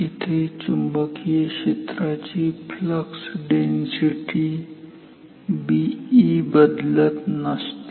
इथे चुंबकीय क्षेत्राची फ्लक्स डेन्सिटी Be बदलत नसते